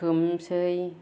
सोमसै